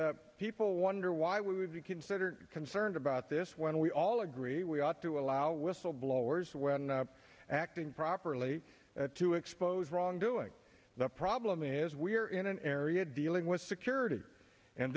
and people wonder why we would be considered concerned about this when we all agree we ought to allow whistleblowers when acting properly to expose wrongdoing the problem is we are in an area it dealing with security and